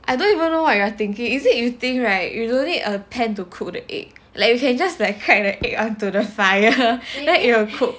I don't even know what you're thinking is it you think right you don't need a pan to cook the egg like you can just like crack the egg onto the fire then it'll cook